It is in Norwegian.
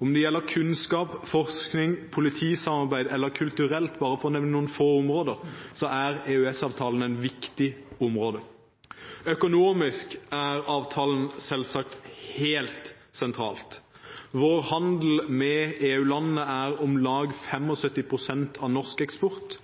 Om det gjelder kunnskap, forskning, politisamarbeid eller kultur – for bare å nevne noen få områder – er EØS-avtalen et viktig område. Økonomisk er avtalen selvsagt helt sentral. Vår handel med EU-landene utgjør om lag 75 pst. av norsk eksport.